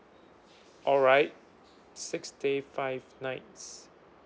alright six day five nights